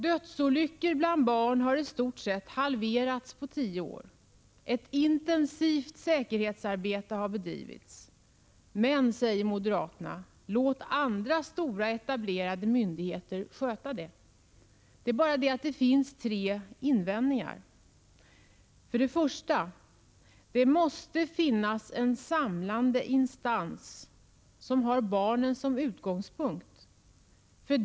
Dödsolyckorna bland barn har i stort sett halverats på tio år. Ett intensivt säkerhetsarbete har bedrivits. Men, säger moderaterna, låt andra stora, etablerade myndigheter sköta detta. Det är bara det att det finns tre invändningar. För det första: Det måste finnas en samlande instans som har barnen som utgångspunkt.